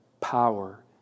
power